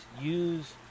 Use